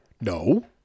No